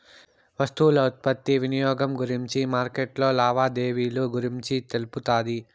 వస్తువుల ఉత్పత్తి వినియోగం గురించి మార్కెట్లో లావాదేవీలు గురించి తెలుపుతాది